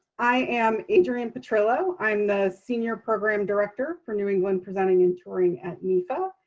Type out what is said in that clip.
i am adrienne petrillo. i'm the senior program director for new england presenting and touring at nefa.